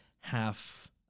half